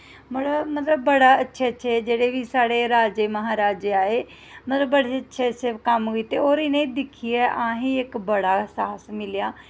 मतलब बड़े अच्छे अच्छे जेह्ड़े बी साढ़े राजे महाराजे आए मतलब बड़े अच्छे अच्छे कम्म कीते मतलब होर इ'नें गी दिक्खियै असें गी बड़ा साहस मिलेआ